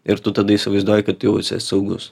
ir tu tada įsivaizduoji kad jau esi saugus